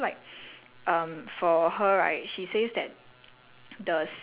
um they would they would grow the food that they they eat lah so like